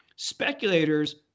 Speculators